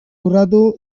urratu